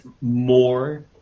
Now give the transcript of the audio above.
more